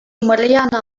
mariana